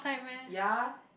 ya